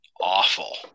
awful